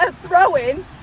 throwing